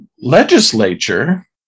legislature